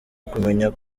kumenya